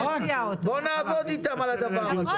בואו נעבוד איתם על הדבר הזה.